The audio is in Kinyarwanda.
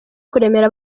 kuremera